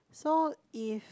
so if